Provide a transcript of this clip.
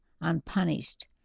unpunished